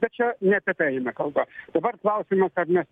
bet čia ne apie tai eina kalba dabar klausimas ar mes